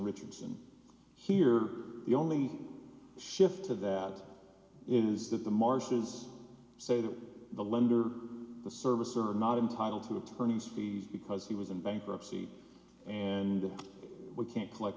richardson here the only shift to that is that the marshes say that the lender the service are not entitled to attorneys fees because he was in bankruptcy and we can't collect